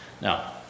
Now